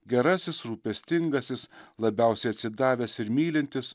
gerasis rūpestingasis labiausiai atsidavęs ir mylintis